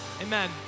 Amen